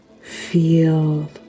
feel